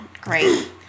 Great